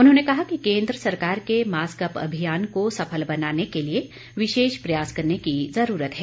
उन्होंने कहा कि केन्द्र सरकार के मास्क अप अभियान को सफल बनाने के लिए विशेष प्रयास करने की ज़रूरत है